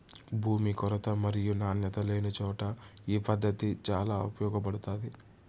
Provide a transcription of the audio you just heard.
భూమి కొరత మరియు నాణ్యత లేనిచోట ఈ పద్దతి చాలా ఉపయోగపడుతాది